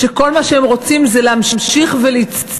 שכל מה שהם רוצים זה להמשיך וליצור,